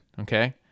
Okay